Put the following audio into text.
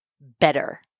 better